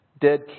dead